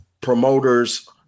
promoters